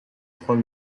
trois